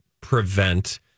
prevent